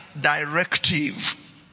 directive